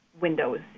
windows